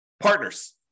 Partners